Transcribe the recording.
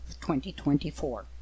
2024